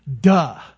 Duh